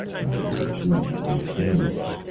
i will be obeyed,